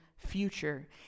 future